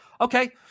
Okay